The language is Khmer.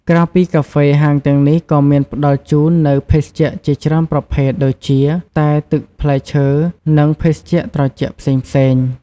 ក្រៅពីកាហ្វេ ហាងទាំងនេះក៏មានផ្តល់ជូននូវ ភេសជ្ជៈជាច្រើនប្រភេទ ដូចជា តែ ទឹកផ្លែឈើ និងភេសជ្ជៈត្រជាក់ផ្សេងៗ។